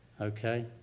Okay